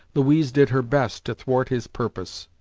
louise did her best to thwart his purpose.